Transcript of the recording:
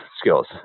skills